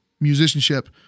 musicianship